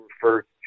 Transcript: first